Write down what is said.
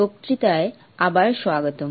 বক্তৃতায় আবার স্বাগতম